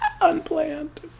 Unplanned